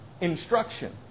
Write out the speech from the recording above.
instruction